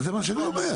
זה מה שהוא אומר.